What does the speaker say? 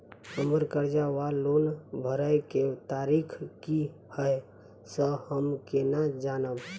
हम्मर कर्जा वा लोन भरय केँ तारीख की हय सँ हम केना जानब?